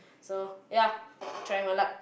so ya trying my luck